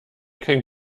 kein